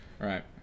Right